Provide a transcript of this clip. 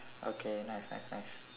okay nice nice nice